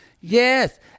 Yes